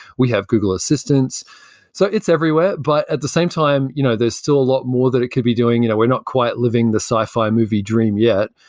we have google assistants so it's everywhere, but at the same time you know there's still a lot more that it could be doing. you know we're not quite living the sci-fi movie dream yet,